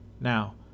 Now